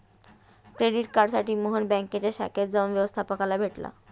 credit कार्डसाठी मोहन बँकेच्या शाखेत जाऊन व्यवस्थपकाला भेटला